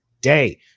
day